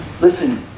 Listen